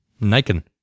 Nikon